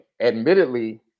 admittedly